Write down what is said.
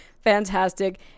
fantastic